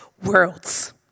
worlds